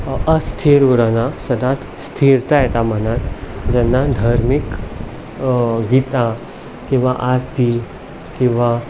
अस्थीर उरना सदां स्थीरता येता मनाक जेन्ना धर्मीक गितां किंवां आरती किंवां